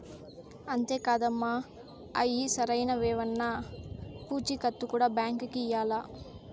అంతే కాదమ్మ, అయ్యి సరైనవేనన్న పూచీకత్తు కూడా బాంకీకి ఇయ్యాల్ల